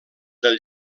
del